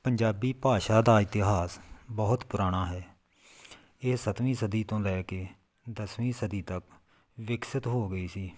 ਪੰਜਾਬੀ ਭਾਸ਼ਾ ਦਾ ਇਤਿਹਾਸ ਬਹੁਤ ਪੁਰਾਣਾ ਹੈ ਇਹ ਸੱਤਵੀਂ ਸਦੀ ਤੋਂ ਲੈ ਕੇ ਦਸਵੀਂ ਸਦੀ ਤੱਕ ਵਿਕਸਿਤ ਹੋ ਗਈ ਸੀ